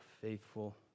faithful